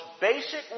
basic